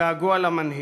געגוע למנהיג.